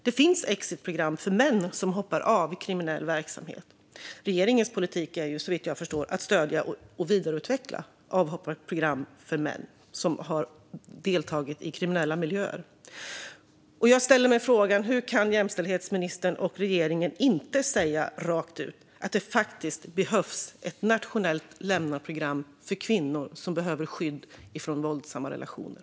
Det finns exitprogram för män som hoppar av kriminell verksamhet. Regeringens politik är såvitt jag förstår att vidareutveckla avhopparprogram för män som har deltagit i kriminella miljöer. Jag ställer mig frågan: Hur kan jämställdhetsministern och regeringen inte säga rakt ut att det behövs ett nationellt lämnaprogram för kvinnor som behöver skydd från våldsamma relationer?